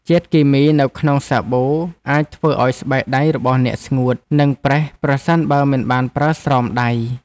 ជាតិគីមីនៅក្នុងសាប៊ូអាចធ្វើឱ្យស្បែកដៃរបស់អ្នកស្ងួត និងប្រេះប្រសិនបើមិនបានប្រើស្រោមដៃ។